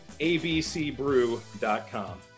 abcbrew.com